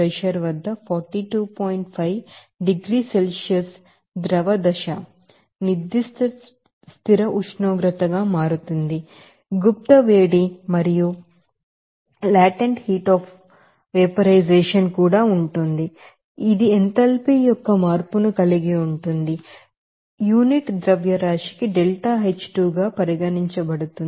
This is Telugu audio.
5 డిగ్రీల Celsius liquid state constant temperature గా మారుతుంది మీరు తెలుసు సెన్సిబిల్ హీట్ చేంజ్ ఉంటుంది ఇది ఎంథాల్పీ యొక్క మార్పును కలిగి ఉంటుంది ఇది యూనిట్ లిక్విడ్ ఫేజ్ కి ΔH2 గా పరిగణించబడుతుంది